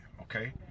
okay